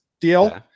deal